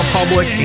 Public